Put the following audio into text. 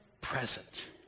present